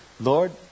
Lord